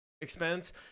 expense